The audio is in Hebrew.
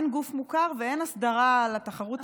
אין גוף מוכר ואין הסדרה של התחרות עצמה.